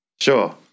sure